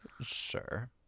sure